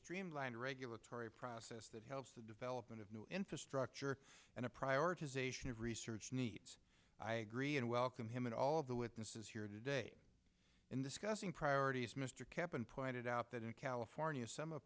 treamlined regulatory process that helps the development of new infrastructure and a prioritization of research needs i agree and welcome him and all of the witnesses here today in discussing priorities mr kemp and pointed out that in california some of